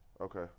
Okay